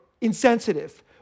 insensitive